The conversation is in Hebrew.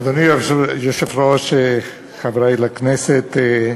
אדוני היושב-ראש, חברי לכנסת,